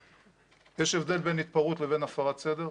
יש הבדל בין התפרעות לבין הפרת סדר,